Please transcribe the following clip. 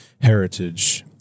heritage